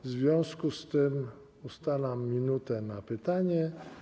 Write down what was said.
W związku z tym ustalam 1 minutę na pytanie.